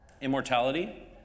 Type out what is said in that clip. Immortality